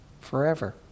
Forever